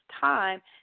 time